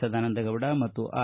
ಸದಾನಂದಗೌಡ ಮತ್ತು ಆರ್